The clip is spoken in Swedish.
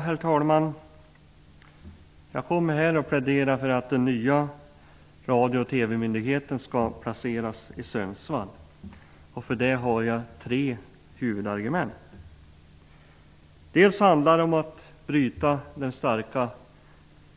Herr talman! Jag kommer att plädera för att de nya radio och TV-myndigheterna skall placeras i Sundsvall, och jag har tre huvudargument för det. För det första handlar det om att bryta den starka